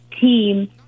team